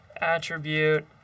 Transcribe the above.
attribute